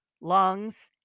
lungs